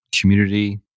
community